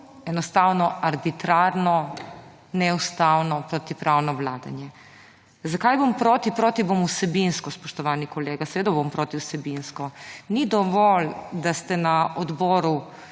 enostavno arbitrarno, neustavno, protipravno vladanje. Zakaj bom proti? Proti bom vsebinsko, spoštovani kolega, seveda bom proti vsebinsko. Ni dovolj, da ste na odboru